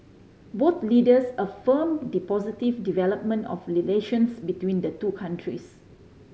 both leaders affirm the positive development of relations between the two countries